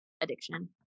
addiction